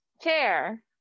chair